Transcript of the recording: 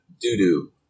doo-doo